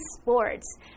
sports